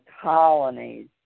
colonies